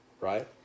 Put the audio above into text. right